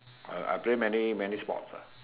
uh I play I play many many sports ah